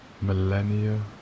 millennia